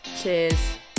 cheers